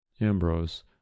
Ambrose